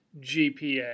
GPA